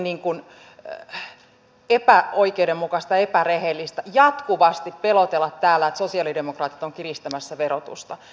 on jotenkin epäoikeudenmukaista epärehellistä jatkuvasti pelotella täällä että sosialidemokraatit ovat kiristämässä verotusta